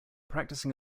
practicing